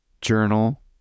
journal